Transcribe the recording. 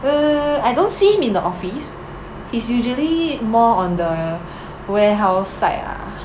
err I don't see him in the office he's usually more on the warehouse side ah